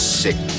sick